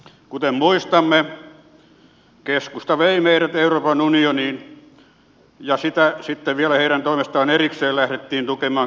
kuten muistamme keskusta vei meidät euroopan unioniin ja sitten vielä heidän toimestaan erikseen lähdettiin tukemaan kriisivaltioita tukipaketein